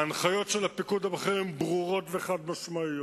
ההנחיות של הפיקוד הבכיר הן ברורות וחד-משמעיות.